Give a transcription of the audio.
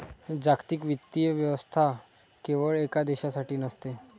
जागतिक वित्तीय व्यवस्था केवळ एका देशासाठी नसते